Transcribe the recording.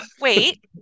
wait